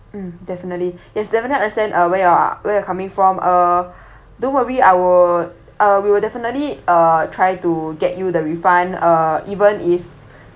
mm definitely yes definitely understand uh where you're where you're coming from uh don't worry I will uh we will definitely uh try to get you the refund uh even if